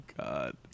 God